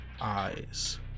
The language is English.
eyes